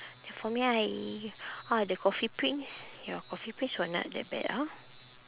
for me I ah the coffee prince ya coffee prince were not that bad ah